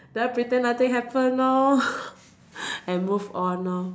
then I pretend nothing happen lor and move on lor